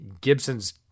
Gibson's